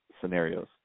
scenarios